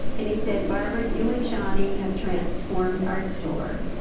and he said barbara, you and johnny have transformed our store,